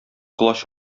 колач